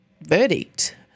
verdict